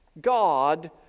God